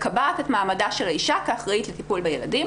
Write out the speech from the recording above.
מקבעת את מעמדה של האישה כאחראית לטיפול בילדים.